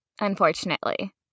unfortunately